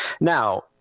Now